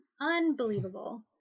unbelievable